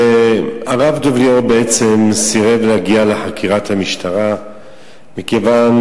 והרב דב ליאור בעצם סירב להגיע לחקירת המשטרה מכיוון